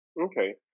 Okay